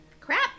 Crap